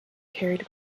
carried